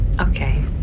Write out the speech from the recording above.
Okay